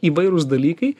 įvairūs dalykai